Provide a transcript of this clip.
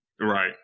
right